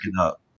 up